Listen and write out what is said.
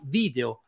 video